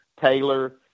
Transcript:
Taylor